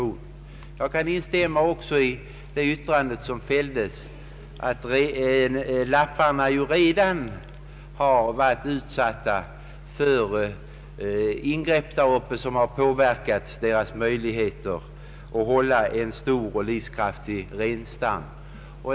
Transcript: Jag kan också instämma i det yttrande som fälldes att samerna redan har varit utsatta för ingrepp där uppe som har påverkat deras möjligheter att hålla en stor och livskraftig renstam.